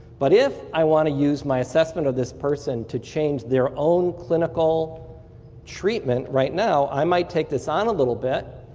but if i want to use my assessment of this person to change their own clinical treatment right now, i might take this on a little bit,